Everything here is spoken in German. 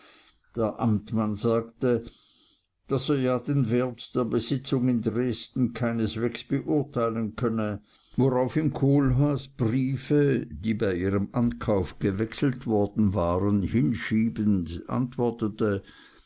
der amtmann sagte daß er ja den wert der besitzung in dresden keineswegs beurteilen könne worauf ihm kohlhaas briefe die bei ihrem ankauf gewechselt worden waren hinschiebend antwortete